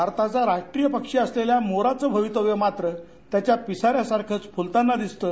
भारताचा राष्ट्रीय पक्षी असलेल्या मोराचं भवितव्य मत्र त्याच्या पिसाऱ्यासारखंच फुलताना दिसतं